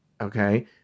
Okay